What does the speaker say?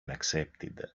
accepted